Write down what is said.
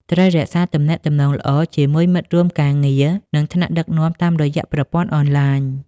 ត្រូវ រក្សាទំនាក់ទំនងល្អជាមួយមិត្តរួមការងារ និងថ្នាក់ដឹកនាំតាមរយៈប្រព័ន្ធអនឡាញ។